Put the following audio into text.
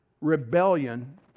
rebellion